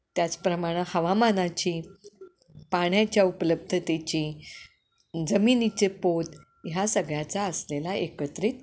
त्याचप्रमाणे हवामानाची पाण्याच्या उपलब्धतेची जमिनीचे पोत ह्या सगळ्याचा असलेला एकत्रित